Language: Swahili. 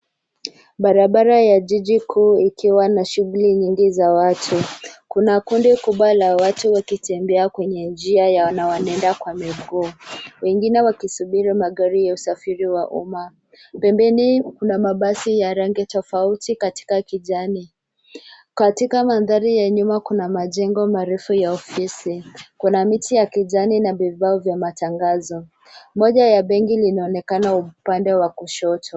Barabara ya jiji kuu ikiwa na shughuli nyingi za watu. Kuna kundi kubwa la watu wakitembea kwenye njia ya wanaoenda kwa miguu, wengine wakisubiri magari ya usafiri wa umma. Pembeni kuna mabasi ya rangi tofauti katika kijani. Katika madhari ya nyma kuna majengo marefu ya ofisi. Kuna miti ya kijani na vibao vya matangazo. Moja ya benki linaonekana upande wa kushoto.